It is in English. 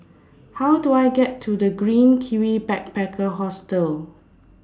How Do I get to The Green Kiwi Backpacker Hostel